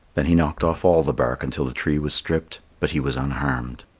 then he knocked off all the bark until the tree was stripped, but he was unharmed.